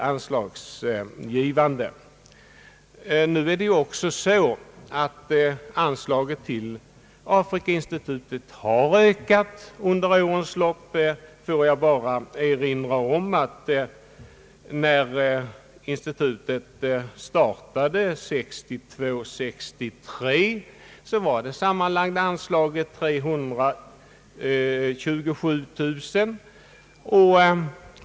Anslaget till Afrikainstitutet har dock ökat under årens lopp. När institutet startade budgetåret 1962/63, uppgick det sammanlagda anslaget till 327 000 kronor.